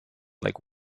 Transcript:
like